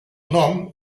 nom